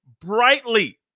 brightly